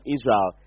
Israel